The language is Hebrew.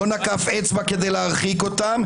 הוא לא נקף אצבע כדי להרחיק אותם,